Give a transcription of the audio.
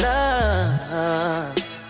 Love